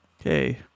Okay